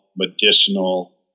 medicinal